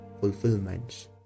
fulfillments